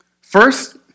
First